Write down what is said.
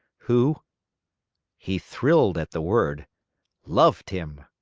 who he thrilled at the word loved him!